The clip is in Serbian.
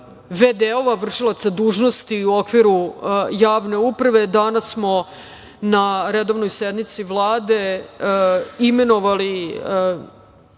v.d. vršilaca dužnosti u okviru javne uprave. Danas smo na redovnoj sednici Vlade imenovali